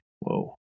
Whoa